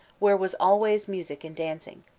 where was always music and dancing.